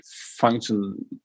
function